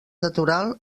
natural